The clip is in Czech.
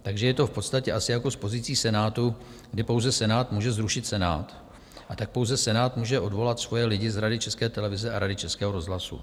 Takže je to v podstatě asi jako s pozicí Senátu, kdy pouze Senát může zrušit Senát, tak pouze Senát může odvolat svoje lidi z Rady České televize a Rady Českého rozhlasu.